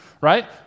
right